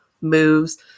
moves